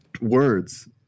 Words